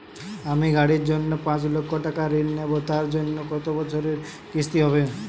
আমি গাড়ির জন্য পাঁচ লক্ষ টাকা ঋণ নেবো তার জন্য কতো বছরের কিস্তি হবে?